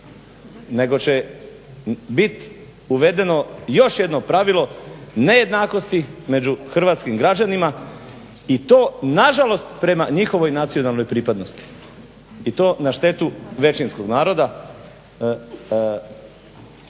nego će biti uvedeno još jedno pravilo nejednakosti među hrvatskim građanima i to nažalost prema njihovoj nacionalnoj pripadnosti. I to na štetu većinskog naroda